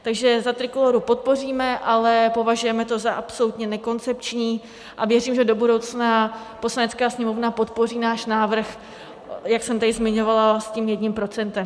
Takže za Trikolóru podpoříme, ale považujeme to za absolutně nekoncepční a věřím, že do budoucna Poslanecká sněmovna podpoří náš návrh, jak jsem tady zmiňovala, s tím jedním procentem.